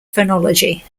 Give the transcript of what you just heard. phonology